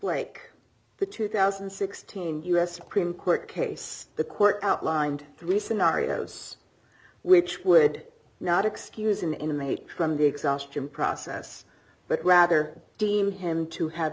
like the two thousand and sixteen us supreme court case the court outlined three scenarios which would not excuse an inmate from the exhaustion process but rather deem him to have